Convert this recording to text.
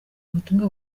ubutumwa